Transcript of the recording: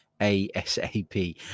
ASAP